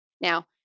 Now